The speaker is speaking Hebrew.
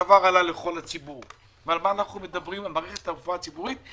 אנחנו מדברים על מערכת הרפואה הציבורית,